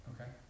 Okay